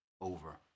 over